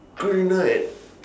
corina at